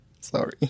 Sorry